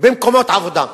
במקומות עבודה.